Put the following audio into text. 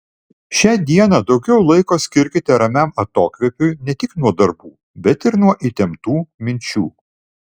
šią dieną daugiau laiko skirkite ramiam atokvėpiui ne tik nuo darbų bet ir nuo įtemptų minčių